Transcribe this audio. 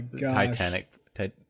Titanic